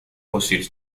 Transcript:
fossiles